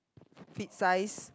feet size